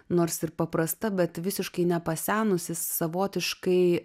nors ir paprasta bet visiškai nepasenusi savotiškai